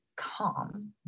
calm